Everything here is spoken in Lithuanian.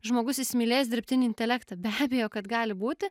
žmogus įsimylės dirbtinį intelektą be abejo kad gali būti